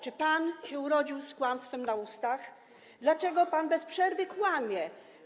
Czy pan się urodził z kłamstwem na ustach, dlaczego pan bez przerwy kłamie?